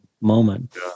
moment